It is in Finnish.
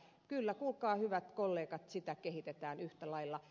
kyllä kuulkaa hyvät kollegat sitä kehitetään yhtä lailla